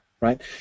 right